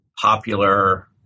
popular